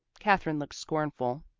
katherine looked scornful.